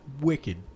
Wicked